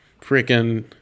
Freaking